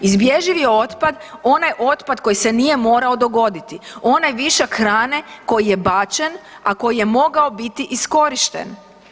Izbježivi je otpad onaj otpad koji se nije morao dogoditi, onaj višak hrane koji je bačen, a koji je mogao biti iskorišten.